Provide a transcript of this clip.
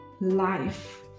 life